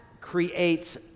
creates